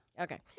Okay